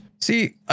See